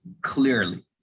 clearly